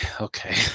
Okay